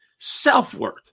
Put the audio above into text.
Self-worth